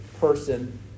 person